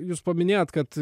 jūs paminėjot kad